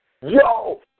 Yo